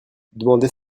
demander